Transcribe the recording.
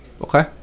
Okay